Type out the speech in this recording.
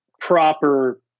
proper